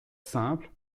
simples